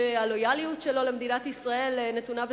בציבור שהלויאליות שלו למדינת ישראל נתונה בספק.